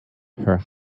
her